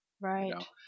right